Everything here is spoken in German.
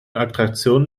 attraktionen